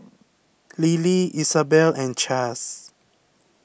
Lily Isabel and Chaz